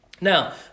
Now